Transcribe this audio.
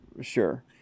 sure